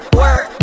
work